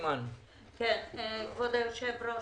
כבוד היושב-ראש,